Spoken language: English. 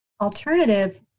alternative